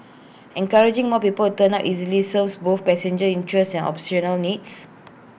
encouraging more people to turn up early serves both passenger interests and operational needs